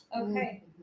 Okay